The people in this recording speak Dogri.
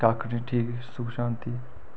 कक्ख नि ठीक सुख शांति